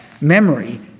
memory